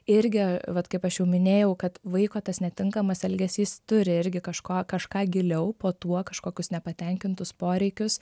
irgi vat kaip aš jau minėjau kad vaiko tas netinkamas elgesys turi irgi kažko kažką giliau po tuo kažkokius nepatenkintus poreikius